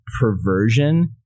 perversion